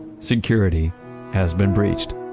security has been breached.